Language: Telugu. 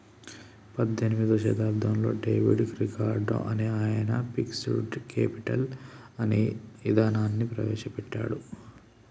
పద్దెనిమిదో శతాబ్దంలో డేవిడ్ రికార్డో అనే ఆయన ఫిక్స్డ్ కేపిటల్ అనే ఇదానాన్ని ప్రవేశ పెట్టాడు